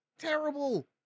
terrible